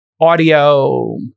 audio